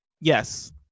yes